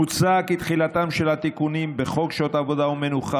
מוצע כי תחילתם של התיקונים בחוק שעות עבודה ומנוחה